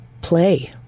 play